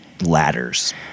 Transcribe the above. ladders